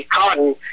cotton